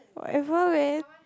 whatever man